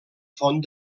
font